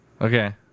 Okay